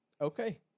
Okay